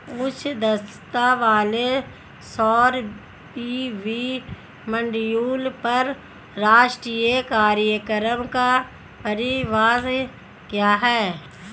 उच्च दक्षता वाले सौर पी.वी मॉड्यूल पर राष्ट्रीय कार्यक्रम का परिव्यय क्या है?